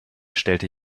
stellte